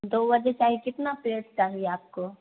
दो बजे चाहिए कितनी प्लेट चाहिए आपको